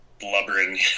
blubbering